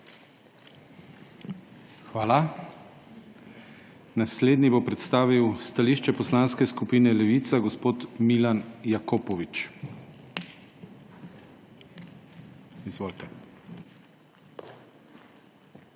Hvala. Naslednji bo predstavil stališče Poslanske skupine Levica gospod Milan Jakopovič. Izvolite.